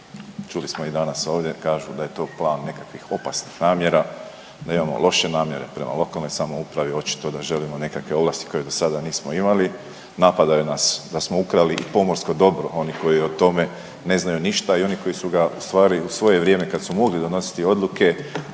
čuli smo i danas ovdje kažu da je to plan nekakvih opasnih namjera, da imamo loše namjere prema lokalnoj samoupravi očito da želimo nekakve ovlasti koje do sada nismo imali. Napadaju nas da smo ukrali pomorsko dobro oni koji o tome ne znaju ništa i oni koji su ga ustvari u svoje vrijeme kad su mogli donositi odluke